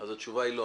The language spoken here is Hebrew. אז התשובה היא לא.